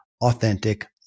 authentic